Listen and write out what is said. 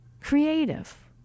creative